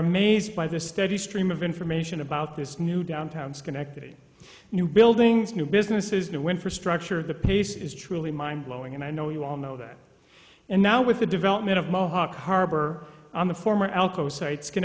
amazed by the steady stream of information about this new downtown schenectady new buildings new businesses new infrastructure the pace is truly mind blowing and i know you all know that and now with the development of mohawk harbor on the former alcoa sites c